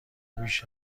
بیش